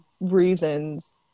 reasons